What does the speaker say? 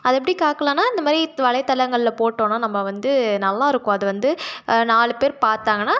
அதை எப்படி காக்கலாம்னா இந்தமாதிரி வலைத்தளங்கள்ல போட்டோம்னால் நம்ம வந்து நல்லாயிருக்கும் அது வந்து நாலு பேர் பார்த்தாங்கனா